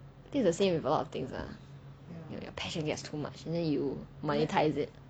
this is the same with a lot of things lah your passion gets too much and then you monetise it